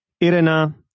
Irena